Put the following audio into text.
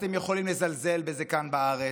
אתם יכולים לזלזל בזה כאן בארץ,